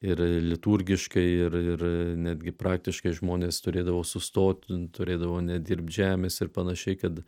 ir liturgiškai ir ir netgi praktiškai žmonės turėdavo sustot turėdavo nedirbt žemės ir panašiai kad